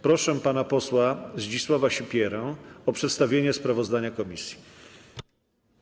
Proszę pana posła Zdzisława Sipierę o przedstawienie sprawozdania komisji.